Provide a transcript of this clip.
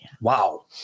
Wow